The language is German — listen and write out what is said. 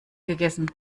gegessen